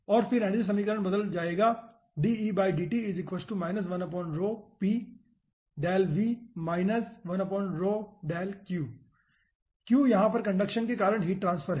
और फिर एनर्जी समीकरण बदल जाएगा Q यहाँ पर कंडक्शन के कारण हीट ट्रांसफर है